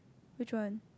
which one